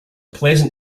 pleasant